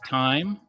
time